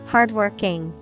Hardworking